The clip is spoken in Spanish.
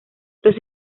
los